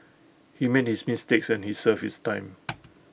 he made his mistakes and he served his time